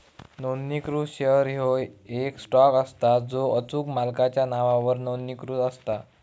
नोंदणीकृत शेअर ह्यो येक स्टॉक असता जो अचूक मालकाच्या नावावर नोंदणीकृत असता